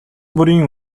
бүрийн